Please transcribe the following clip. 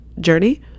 journey